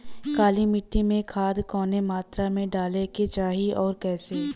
काली मिट्टी में खाद कवने मात्रा में डाले के चाही अउर कइसे?